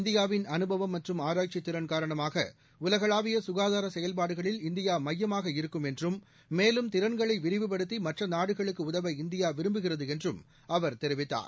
இந்தியாவின் அனுபவம் மற்றும் ஆராய்ச்சித் திறன் காரணமாக உலகளாவிய சுகாதார செயல்பாடுகளில் இந்தியா மையமாக இருக்கும் என்றும் மேலும் திறள்களை விரிவுபடுத்தி மற்ற நாடுகளுக்கு உதவ இந்தியா விரும்புகிறது என்றும் அவர் தெரிவித்தார்